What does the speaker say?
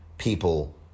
people